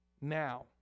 now